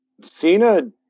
Cena